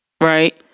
right